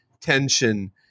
tension